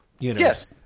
Yes